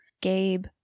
Gabe